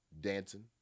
dancing